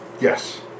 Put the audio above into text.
Yes